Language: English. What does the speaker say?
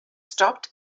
stopped